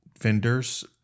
vendors